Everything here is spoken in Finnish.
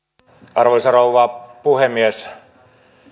arvoisa rouva puhemies